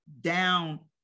down